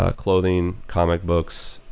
ah clothing, comic books,